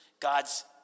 God's